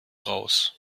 raus